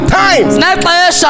time